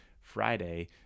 Friday